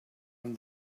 amb